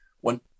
One